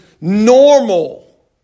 normal